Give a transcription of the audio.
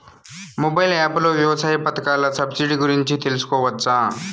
Mobile app లో వ్యవసాయ పథకాల సబ్సిడి గురించి తెలుసుకోవచ్చా?